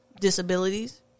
disabilities